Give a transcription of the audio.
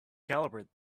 calibrate